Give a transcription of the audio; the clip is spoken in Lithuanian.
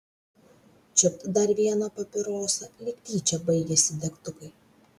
čiupt dar vieną papirosą lyg tyčia baigėsi degtukai